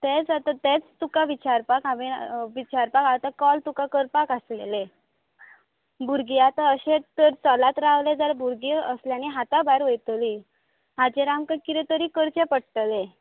तेंच आता तेंच तुका विचारपाक हांवें विचारपाक विचारपाक हांवे आतां कॉल तुका करपाक आसलेले भुरगी अशें चलत रावले जाल्यार भुरगीं असल्यानी भुरगीं हाता भायर वयतली हाचेर आमकां कितें तरी करचें पडटलें